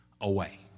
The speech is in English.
away